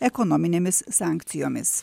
ekonominėmis sankcijomis